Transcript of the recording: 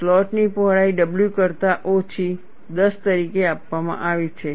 સ્લોટની પહોળાઈ w કરતાં ઓછી 10 તરીકે આપવામાં આવી છે